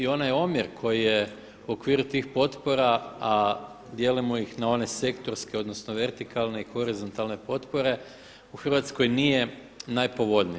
I onaj omjer koji je u okviru tih potpora, a dijelimo ih na one sektorske, odnosno vertikalne i horizontalne potpore u Hrvatskoj nije najpovoljnije.